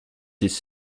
his